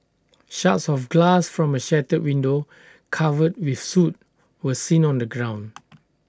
shards of glass from A shattered window covered with soot were seen on the ground